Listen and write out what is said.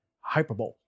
hyperbole